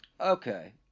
Okay